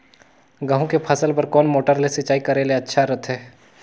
गहूं के फसल बार कोन मोटर ले सिंचाई करे ले अच्छा रथे?